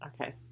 Okay